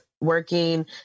working